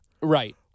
Right